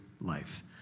life